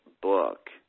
book